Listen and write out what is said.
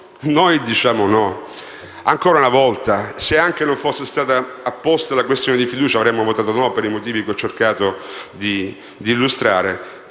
noi diciamo no. Ancora una volta, anche se non fosse stata apposta la questione di fiducia, avremmo votato no, per i motivi che abbiamo cercato di illustrare.